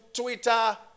Twitter